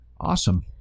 Awesome